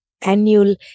annual